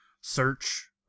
search